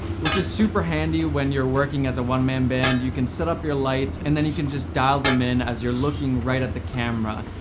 which is super handy when you're working as a one-man band, you can set up your lights and then you can just dial them in as you're looking right at the camera.